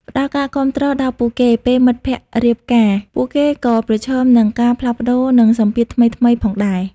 ផ្តល់ការគាំទ្រដល់ពួកគេ ពេលមិត្តភក្តិរៀបការ ពួកគេក៏ប្រឈមនឹងការផ្លាស់ប្តូរ និងសម្ពាធថ្មីៗផងដែរ។